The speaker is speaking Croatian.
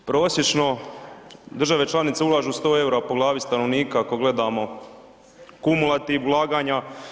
Prosječno države članice ulažu 100 EUR-a po glavi stanovnika ako gledamo kumulativ ulaganja.